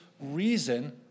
reason